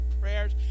prayers